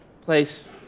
place